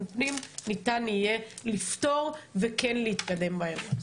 פנים ניתן יהיה לפתור וכן להתקדם באירוע הזה.